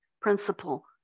principle